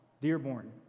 Dearborn